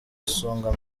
songa